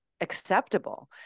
acceptable